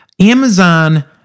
Amazon